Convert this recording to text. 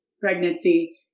pregnancy